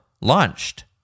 launched